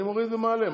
אני מוריד ומעלה,